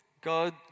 God